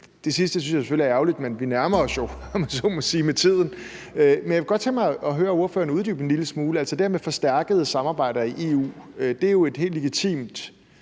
Det sidste synes jeg selvfølgelig er ærgerligt, men vi nærmer os jo, om man så må sige, med tiden. Men jeg kunne godt tænke mig høre ordføreren uddybe det en lille smule. Altså, det her med forstærkede samarbejder i EU er jo et helt legitimt